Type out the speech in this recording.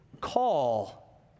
call